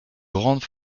grandes